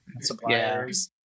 suppliers